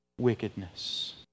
wickedness